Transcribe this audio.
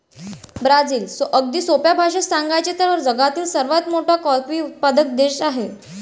Brazil, अगदी सोप्या भाषेत सांगायचे तर, जगातील सर्वात मोठा कॉफी उत्पादक देश आहे